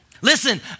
Listen